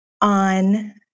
on